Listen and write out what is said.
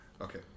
Okay